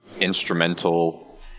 instrumental